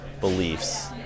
beliefs